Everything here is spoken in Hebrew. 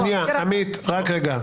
עמית, רק רגע.